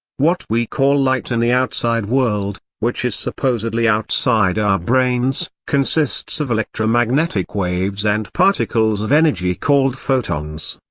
what we call light in the outside world, which is supposedly outside our brains, consists of electromagnetic waves and particles of energy called photons.